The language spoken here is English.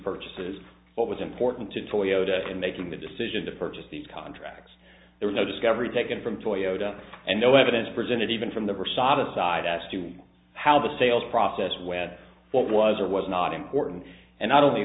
purchases what was important to toyota and making the decision to purchase these contracts there was no discovery taken from toyota and no evidence presented even from the bara to the side as to how the sales process whether what was or was not important and not only